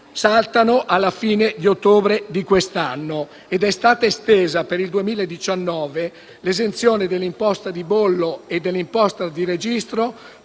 saltano alla fine di ottobre di quest'anno. È stata estesa per il 2019 l'esenzione dell'imposta di bollo e dell'imposta di registro